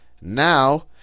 Now